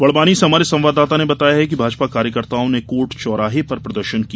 बड़वानी से हमारे संवाददाता ने बताया कि भाजपा कार्यकर्ताओं ने कार्ट चौराहे पर प्रदर्शन किया